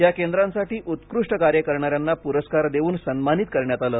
या केंद्रांसाठी उत्कृष्ट कार्य करणाऱ्यांना पुरस्कार देवून सन्मानित करण्यात आले